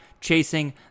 Chasing